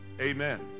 amen